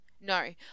No